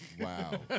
Wow